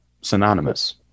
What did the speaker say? synonymous